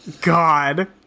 God